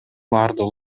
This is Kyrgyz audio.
бардыгы